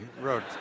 wrote